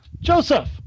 Joseph